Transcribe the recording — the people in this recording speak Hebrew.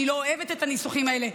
אני לא אוהבת את הניסוחים האלה,